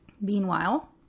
Meanwhile